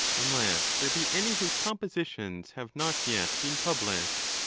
unless there be any whose compositions have not yet been published,